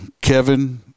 Kevin